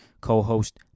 Co-host